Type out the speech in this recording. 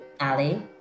Ali